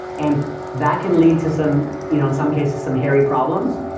and that can lead to some in on some cases, some hairy problems.